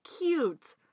cute